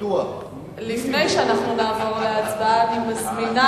לפני שאנחנו נעבור להצבעה, אני מזמינה